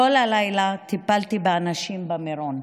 כל הלילה טיפלתי באנשים במירון,